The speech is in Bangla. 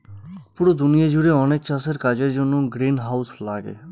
পুরো দুনিয়া জুড়ে অনেক চাষের কাজের জন্য গ্রিনহাউস লাগে